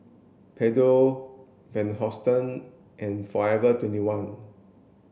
Pedro Van Houten and Forever twenty one